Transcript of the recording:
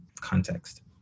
context